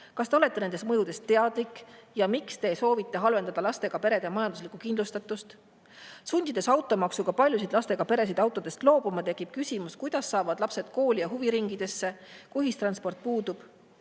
Kas te olete nendest mõjudest teadlik? Miks te soovite halvendada lastega perede majanduslikku kindlustatust? Sundides automaksuga paljusid lastega peresid autodest loobuma, tekib küsimus, kuidas saavad lapsed kooli ja huviringidesse, kui ühistransport puudub.